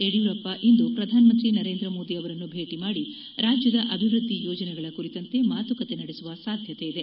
ಯಡಿಯೂರಪ್ಪ ಇಂದು ಪ್ರಧಾನಮಂತ್ರಿ ನರೇಂದ್ರ ಮೋದಿ ಅವರನ್ನು ಭೇಟಿ ಮಾಡಿ ರಾಜ್ಯದ ಅಭಿವ್ಯದ್ದಿ ಯೋಜನೆಗಳ ಕುರಿತಂತೆ ಮಾತುಕತೆ ನಡೆಸುವ ಸಾಧ್ಯತೆಯಿದೆ